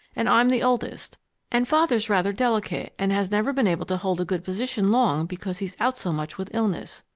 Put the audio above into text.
and i'm the oldest and father's rather delicate and has never been able to hold a good position long because he's out so much with illness.